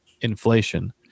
inflation